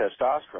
testosterone